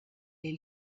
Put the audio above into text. est